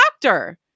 doctor